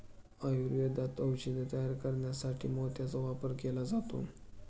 आयुर्वेदात औषधे तयार करण्यासाठी मोत्याचा वापर केला जातो